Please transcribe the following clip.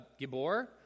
gibor